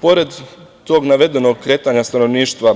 Pored tog navedenog kretanja stanovništva